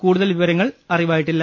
കൂടുതൽ വിവരങ്ങൾ അറിവായിട്ടില്ല